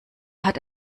hat